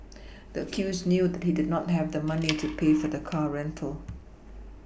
the accused knew he did not have the money to pay for the car rental